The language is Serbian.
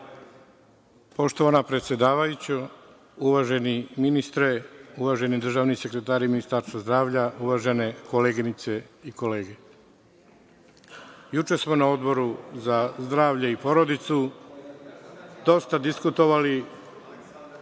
Poštovana predsedavajuća, uvaženi ministre, uvaženi državni sekretari Ministarstva zdravlja, uvažene koleginice i kolege, juče smo na Odobru za zdravlje i porodicu dosta diskutovali